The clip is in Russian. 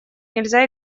нельзя